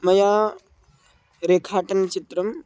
मया रेखाटनं चित्रं